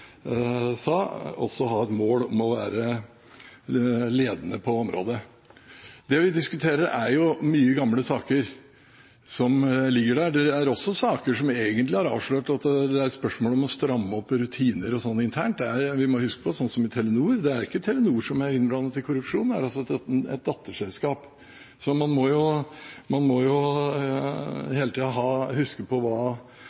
også ha mål om å være ledende på området. Det vi diskuterer, er mye gamle saker som ligger der, men også saker som egentlig har avslørt at det er spørsmål om å stramme opp rutiner og sånt internt. Vi må huske på at når det gjelder Telenor, er det ikke Telenor som er innblandet i korrupsjon, men et datterselskap. Så man må hele tida huske på hva